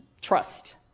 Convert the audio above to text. trust